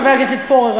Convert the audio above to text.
חבר הכנסת פורר,